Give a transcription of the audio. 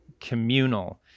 communal